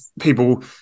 people